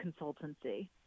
consultancy